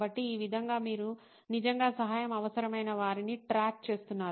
కాబట్టి ఈ విధంగా మీరు నిజంగా సహాయం అవసరమైన వారిని ట్రాక్ చేస్తున్నారు